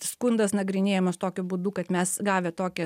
skundas nagrinėjamas tokiu būdu kad mes gavę tokią